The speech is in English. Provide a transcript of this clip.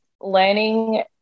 learning